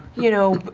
you know,